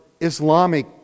Islamic